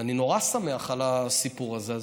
ואני נורא שמח על הסיפור הזה.